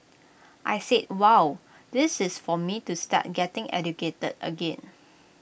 I said wow this is for me to start getting educated again